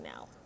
now